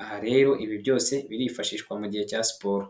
Aha rero ibi byose birifashishwa mu gihe cya siporo.